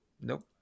nope